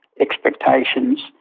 expectations